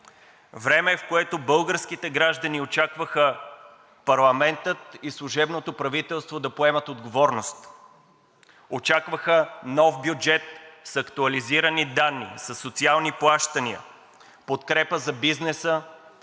време, в което българските граждани очакваха парламентът и служебното правителство да поемат отговорност. Очакваха нов бюджет с актуализирани данни, със социални плащания, подкрепа за бизнеса,